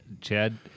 Chad